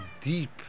deep